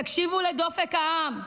תקשיבו לדופק העם,